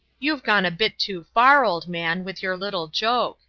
you've gone a bit too far, old man, with your little joke.